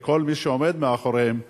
וכל מי שעומד מאחוריהן,